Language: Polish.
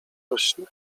rośnie